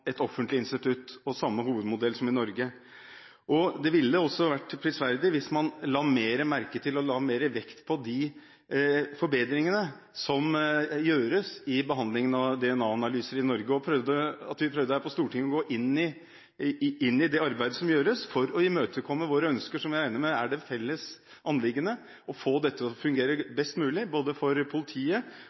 la mer merke til og la mer vekt på de forbedringene som gjøres i behandlingen av DNA-analyser i Norge, og at vi her på Stortinget prøvde å gå inn i det arbeidet som gjøres for å imøtekomme våre ønsker, som jeg regner med er et felles anliggende – å få dette til å fungere best mulig for både politiet,